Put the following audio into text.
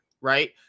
right